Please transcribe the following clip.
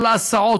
כל ההסעות,